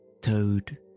Toad